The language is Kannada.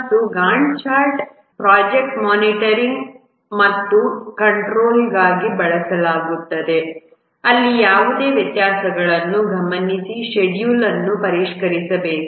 ಮತ್ತು ಗ್ಯಾಂಟ್ ಚಾರ್ಟ್ ಅನ್ನು ಪ್ರೊಜೆಕ್ಟ್ ಮಾನಿಟರಿಂಗ್ ಮತ್ತು ಕಂಟ್ರೋಲ್ಗಾಗಿ ಬಳಸಲಾಗುತ್ತದೆ ಅಲ್ಲಿ ಯಾವುದೇ ವ್ಯತ್ಯಾಸಗಳನ್ನು ಗಮನಿಸಿ ಶೆಡ್ಯೂಲ್ ಅನ್ನು ಪರಿಷ್ಕರಿಸಬೇಕು